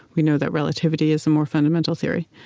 we know that relativity is a more fundamental theory.